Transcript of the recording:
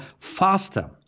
faster